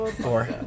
four